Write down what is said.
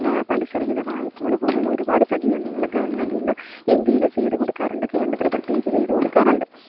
പലിശരഹിത വായ്പകൾ പോലെയുള്ള ഒരുപാട് സജ്ജീകരണങ്ങൾ ഗവൺമെൻറ്റ് ഇന്ന് ഇന്ത്യയിൽ ചെയ്തു കൊടുക്കാറുണ്ട് കേരളത്തിൽ പ്രത്യേകിച്ച് ചെയ്തു കൊടുക്കാറുണ്ട്